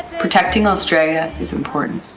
protecting australia is important.